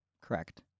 Correct